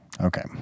Okay